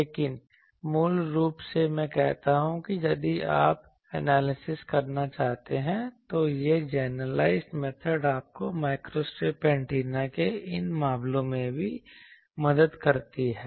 लेकिन मूल रूप से मैं कहता हूं कि यदि आप एनालिसिस करना चाहते हैं तो यह जनरलाइज्ड मेथड आपको माइक्रोस्ट्रिप एंटेना के इन मामलों में भी मदद करती है